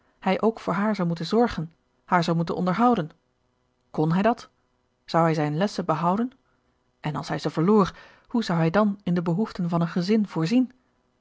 hij ook voor haar zou moeten zorgen haar zou moeten onderhouden kon hij dat zou hij zijne lessen behouden en als hij ze verloor hoe zou hij dan in de behoeften van een gezin voorzien